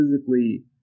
physically